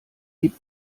die